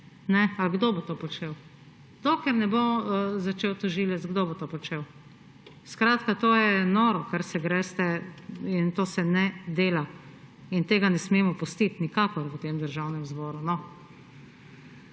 Ali kdo bo to počel? Dokler ne bo začel tožilec, kdo bo to počel? To je noro, kar se greste, in to se ne dela. Tega ne smemo pustiti nikakor v tem državnem zboru.